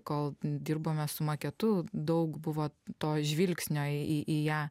kol dirbome su maketu daug buvo to žvilgsnio į į į ją